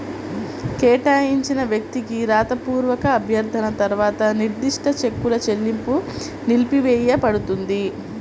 కేటాయించిన వ్యక్తికి రాతపూర్వక అభ్యర్థన తర్వాత నిర్దిష్ట చెక్కుల చెల్లింపు నిలిపివేయపడుతుంది